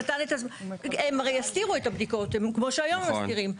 הם הרי הסתירו את הבדיקות, כמו שהיום מסתירים.